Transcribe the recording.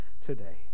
today